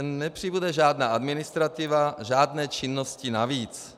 Nepřibude žádná administrativa, žádné činnosti navíc.